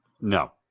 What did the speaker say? No